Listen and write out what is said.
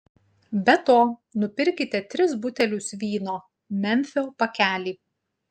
be to nupirkite tris butelius vyno memfio pakelį